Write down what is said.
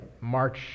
March